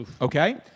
Okay